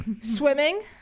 swimming